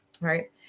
Right